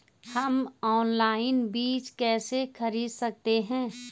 हम ऑनलाइन बीज कैसे खरीद सकते हैं?